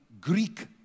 Greek